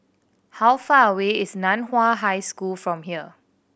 how far away is Nan Hua High School from here